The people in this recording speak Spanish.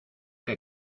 que